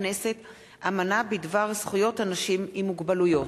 אמנה בדבר זכויות אנשים עם מוגבלויות.